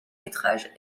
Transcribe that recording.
métrage